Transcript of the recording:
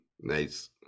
Nice